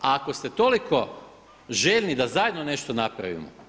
A ako ste toliko željni da zajedno nešto napravimo.